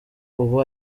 ubu